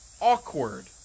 awkward